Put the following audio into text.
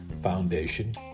foundation